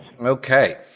Okay